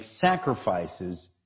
sacrifices